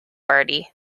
bertie